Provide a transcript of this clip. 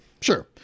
Sure